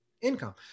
income